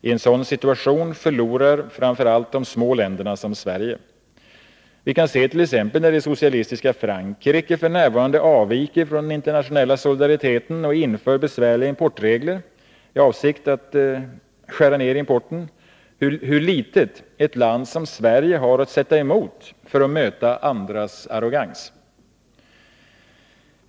I en sådan situation förlorar framför allt små länder som Sverige. Vi kan se, t. ex, när det socialistiska Frankrike f. n. avviker från den internationella solidariteten och inför besvärliga importregler i avsikt att skära ned importen, hur litet ett land som Sverige har att sätta emot för att möta andras arrogans.